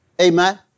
Amen